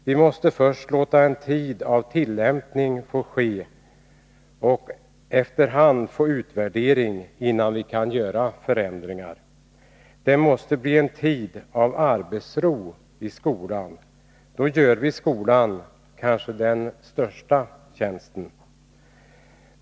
Vi måste först låta läroplanen få tillämpas en tid och därefter efter hand göra utvärderingar, innan vi kan genomföra förändringar. Vi måste ge skolan en tid av arbetsro — därmed gör vi kanske skolan den största tjänsten.